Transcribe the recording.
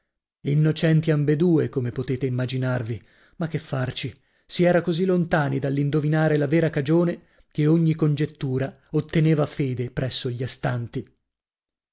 innocenti ambedue come potete immaginarvi ma che farci si era così lontani dall'indovinare la vera cagione che ogni congettura otteneva fede presso gli astanti